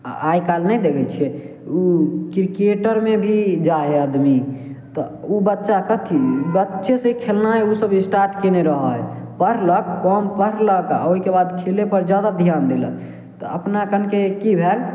आइ काल्हि नहि देखय छियै उ क्रिकेटरमे भी जाइ हइ आदमी तऽ उ बच्चा कथी बच्चेसँ खेलनाइ उसब स्टार्ट कयने रहय हइ पढ़लक कम पढ़लक आओर ओइके बाद खेलयपर जादा ध्यान देलक तऽ अपना कनके की भल